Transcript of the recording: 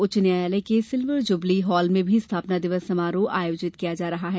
उच्च न्यायालय के सिल्वर जुबली हाल में भी स्थापना दिवस समारोह आयोजित किया जा रहा है